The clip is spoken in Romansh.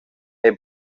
era